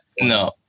no